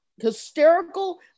hysterical